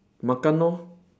makan lor